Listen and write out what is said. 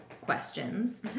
questions